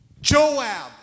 Joab